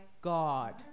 God